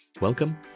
Welcome